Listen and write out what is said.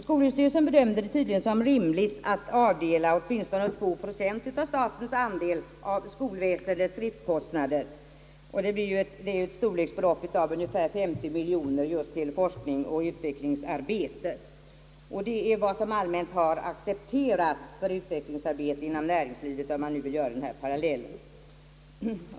Skolöverstyrelsen bedömde det tydligen som rimligt att avdela åtminstone 2 procent av statens andel av skolväsendets driftkostnader — det blir ju ett belopp av storleksordningen 50 miljoner kronor — just till forskning och utvecklingsarbete. Det är vad som allmänt har accepterats för utvecklingsarbete inom näringslivet, om man nu vill dra denna parallell.